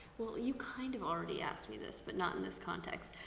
well, you kind of already asked me this, but not in this context.